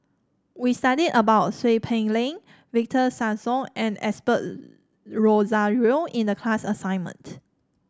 we studied about Seow Peck Leng Victor Sassoon and Osbert Rozario in the class assignment